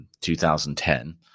2010